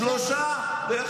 עכשיו אמשיך.